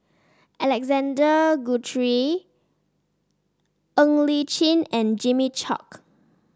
Alexander Guthrie Ng Li Chin and Jimmy Chok